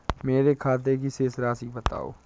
मेरे खाते की शेष राशि बताओ?